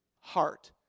heart